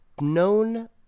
known